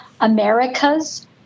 America's